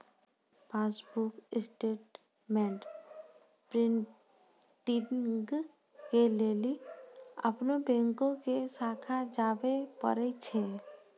passbook statement printing के लेली अपनो बैंको के शाखा जाबे परै छै